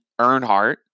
Earnhardt